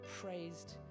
praised